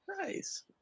Nice